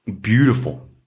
beautiful